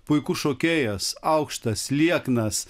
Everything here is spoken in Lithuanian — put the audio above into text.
puikus šokėjas aukštas lieknas